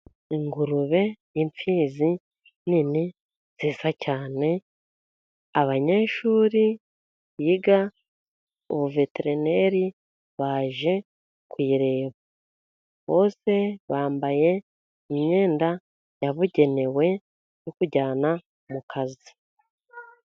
Ingurube, impfizi nini nziza cyane. Abanyeshuri biga ubuveterineri baje kuyireba, bose bambaye imyenda yabugenewe yo kujyana mu kazi.